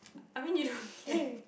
I mean you don't like